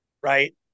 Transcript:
right